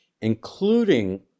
including